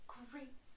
great